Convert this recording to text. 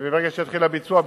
מרגע שיתחיל הביצוע,